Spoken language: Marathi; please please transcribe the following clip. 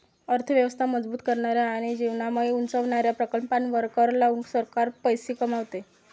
अर्थ व्यवस्था मजबूत करणाऱ्या आणि जीवनमान उंचावणाऱ्या प्रकल्पांवर कर लावून सरकार पैसे कमवते